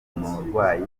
umurwayi